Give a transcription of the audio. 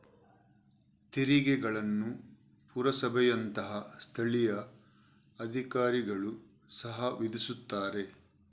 ತೆರಿಗೆಗಳನ್ನು ಪುರಸಭೆಯಂತಹ ಸ್ಥಳೀಯ ಅಧಿಕಾರಿಗಳು ಸಹ ವಿಧಿಸುತ್ತಾರೆ